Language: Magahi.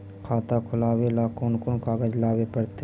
खाता खोलाबे ल कोन कोन कागज लाबे पड़तै?